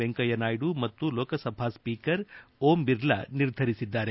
ವೆಂಕಯ್ಲನಾಯ್ಡು ಮತ್ತು ಲೋಕಸಭಾ ಸ್ವೀಕರ್ ಓಂ ಬಿರ್ಲಾ ನಿರ್ಧರಿಸಿದ್ದಾರೆ